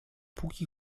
póki